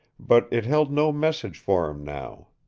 but it held no message for him now.